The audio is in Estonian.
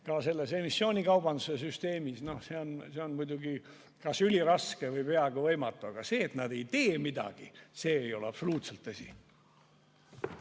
ka selles emissioonikaubanduse süsteemis, on muidugi üliraske või peaaegu võimatu. Aga see, et nad ei tee midagi, ei ole absoluutselt tõsi.